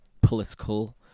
political